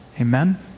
Amen